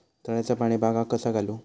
तळ्याचा पाणी बागाक कसा घालू?